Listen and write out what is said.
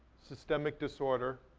systemic disorder,